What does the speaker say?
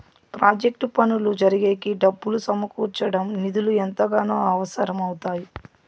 project పనులు జరిగేకి డబ్బులు సమకూర్చడం నిధులు ఎంతగానో అవసరం అవుతాయి